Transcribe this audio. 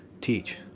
teach